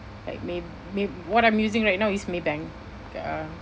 like may~ may~ what I'm using right now is Maybank uh